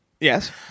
Yes